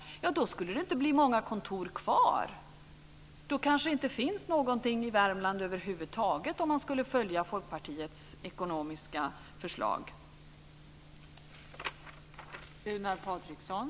Då skulle det inte bli många kontor kvar. Om man skulle följa Folkpartiets ekonomiska förslag skulle det kanske inte finnas något i Värmland över huvud taget.